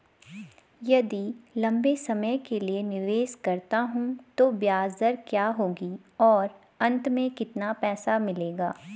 यदि लंबे समय के लिए निवेश करता हूँ तो ब्याज दर क्या होगी और अंत में कितना पैसा मिलेगा?